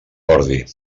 ordi